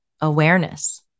awareness